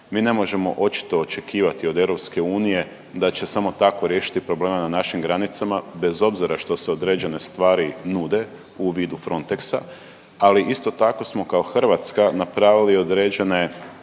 Mi ne možemo očito očekivati od EU da će samo tako riješiti probleme na našim granicama bez obzira što se određene stvari nude u vidu Frontexa, ali isto tako smo kao Hrvatska napravili određene